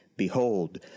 Behold